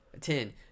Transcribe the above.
Ten